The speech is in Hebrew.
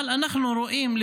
אבל אנחנו רואים,